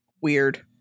Weird